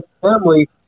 family